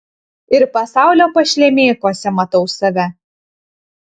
ir pasaulio pašlemėkuose matau save